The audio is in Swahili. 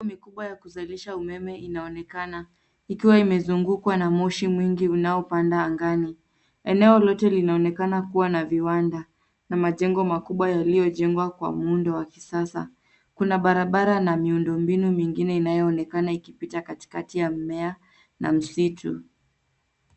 Mikubwa ya kuzalisha umeme inaonekana ikiwa imezungukwa na moshi mingi unaopanda angani. Eneo lote linaonekana kuwa na viwanda na majengo makubwa yaliyojengwa kwa muundo wa kisasa. Kuna barabara na miundombinu mingine inayoonekana ikipita katikati ya mmea na msitu.